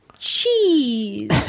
cheese